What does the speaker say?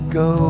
go